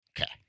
Okay